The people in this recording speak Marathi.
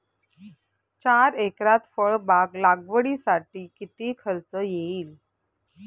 चार एकरात फळबाग लागवडीसाठी किती खर्च येईल?